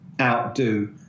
outdo